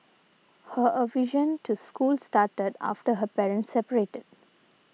her aversion to school started after her parents separated